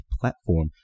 platform